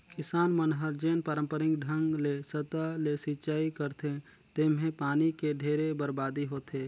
किसान मन हर जेन पांरपरिक ढंग ले सतह ले सिचई करथे तेम्हे पानी के ढेरे बरबादी होथे